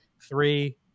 Three